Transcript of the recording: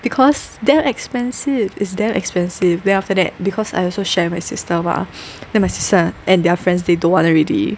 because damn expensive is damn expensive then after that because I also share with my sister mah then my sister and their friends they don't want already